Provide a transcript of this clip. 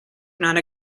not